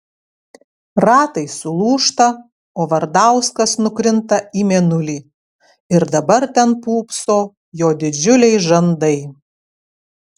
ratai sulūžta o vardauskas nukrinta į mėnulį ir dabar ten pūpso jo didžiuliai žandai